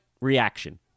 reaction